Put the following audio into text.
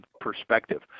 perspective